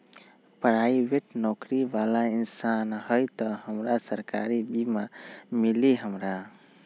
Private नौकरी बाला इंसान हई त हमरा सरकारी बीमा मिली हमरा?